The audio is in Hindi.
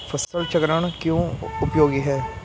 फसल चक्रण क्यों उपयोगी है?